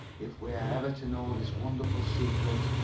if we are ever to know this wonderful secret,